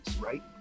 right